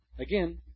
again